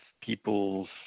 people's